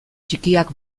txikiak